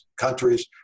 countries